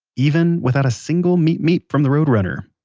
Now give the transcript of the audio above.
even without a single meep, meep from the road runner.